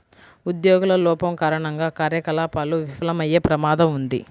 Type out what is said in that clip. ఉద్యోగుల లోపం కారణంగా కార్యకలాపాలు విఫలమయ్యే ప్రమాదం ఉంది